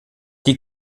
die